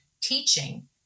teaching